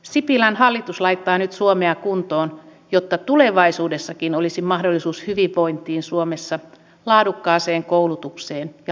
sipilän hallitus laittaa nyt suomea kuntoon jotta tulevaisuudessakin olisi mahdollisuus hyvinvointiin suomessa laadukkaaseen koulutukseen ja laadukkaaseen tutkimukseen